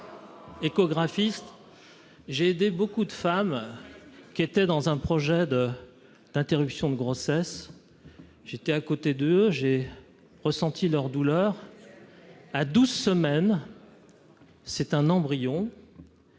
J'ai aidé beaucoup de femmes ayant pour projet d'interrompre une grossesse. J'étais à côté d'elles, j'ai ressenti leur douleur. À douze semaines, c'est un embryon